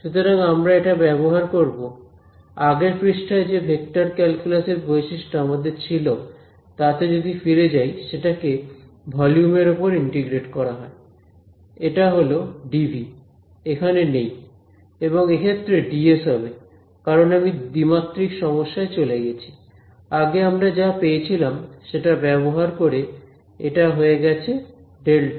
সুতরাং আমরা এটা ব্যবহার করব আগের পৃষ্ঠায় যে ভেক্টর ক্যালকুলাস এর বৈশিষ্ট্য আমাদের ছিল তাতে যদি ফিরে যাই সেটাকে ভলিউম এর ওপর ইন্টিগ্রেট করা হয় এটা হল dV এখানে নেই এবং এক্ষেত্রে dS হবে কারণ আমি দ্বিমাত্রিক সমস্যায় চলে গেছি আগে আমরা যা পেয়েছিলাম সেটা ব্যবহার করে এটা হয়ে গেছে ∇